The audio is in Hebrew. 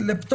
לפטור,